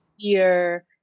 fear